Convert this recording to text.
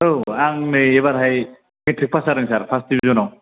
औ आं नै एबारहाय मेट्रिक पास जादों सार फार्स्त देभिसनाव